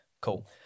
Cool